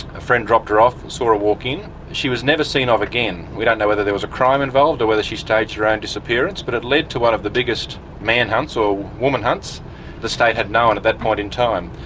a friend dropped her off, saw her walk in. she was never seen of again. we don't know whether there was a crime involved or whether she staged her own disappearance, but it led to one of the biggest manhunts or womanhunts the state had known at that point in time.